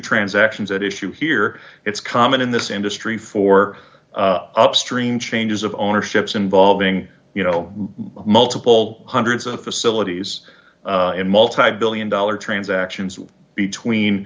transactions at issue here it's common in this industry for upstream changes of ownership involving you know multiple hundreds of facilities in multibillion dollar transactions between